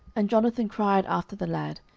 and jonathan cried after the lad,